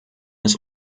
ist